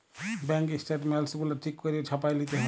bank statements গুলা ঠিক ক্যইরে ছাপাঁয় লিতে হ্যয়